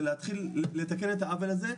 ולהתחיל לתקן את העוול הזה.